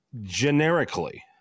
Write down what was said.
Generically